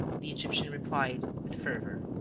the egyptian replied, with fervor.